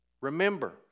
Remember